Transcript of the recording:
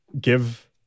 give